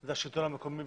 זה השלטון המקומי.